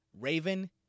Raven